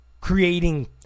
creating